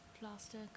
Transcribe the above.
plaster